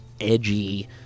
edgy